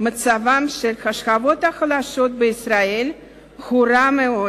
מצבן של השכבות החלשות בישראל הורע מאוד.